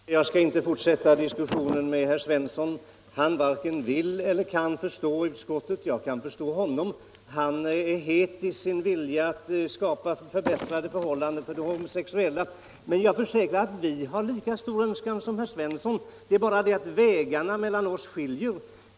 Herr talman! Jag skall inte fortsätta diskussionen med herr Svensson i Malmö. Han varken vill eller kan förstå utskottet. Jag kan förstå att han är het i sin vilja att skapa förbättrade förhållanden för de homosexuella, men jag försäkrar att vi har lika stor önskan som herr Svensson. Det är bara det att vi valt skilda vägar.